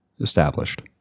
Established